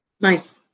Nice